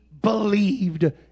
believed